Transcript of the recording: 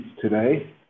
today